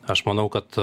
aš manau kad